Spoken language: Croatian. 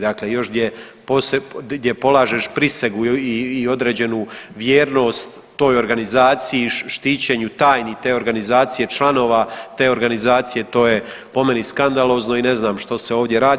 Dakle, još gdje polažeš prisegu i određenu vjernost toj organizaciji, štićenju tajni te organizacije, članova te organizacije to je po meni skandalozno i ne znam što se ovdje radi.